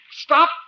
Stop